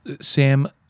Sam